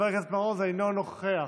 אינו נוכח,